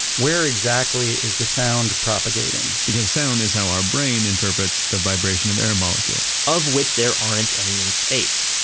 where exactly is the sound propagating? because sound is how our brain interprets the vibration of air molecules of which there aren't any in space.